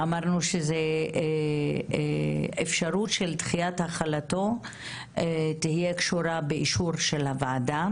ואמרנו שאפשרות של דחיית החלתו תהיה קשורה באישור של הוועדה